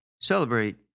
celebrate